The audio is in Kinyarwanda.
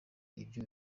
ibyo